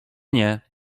nie